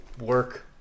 work